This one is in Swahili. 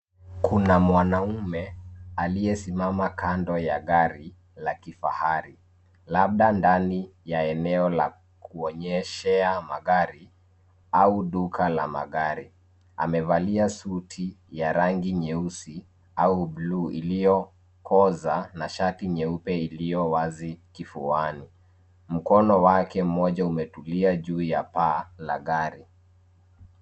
Kuna mwanaume aliyesimama kando ya gari la kifahari. Labda ndani ya eneo ya kuonyeshea magari au duka la magari, amevalia suti ya rangi nyeusi au buluu iliokoza na shati nyeupe iliowazi kifuani. Mkono wake umetulia juu ya paa ya gari.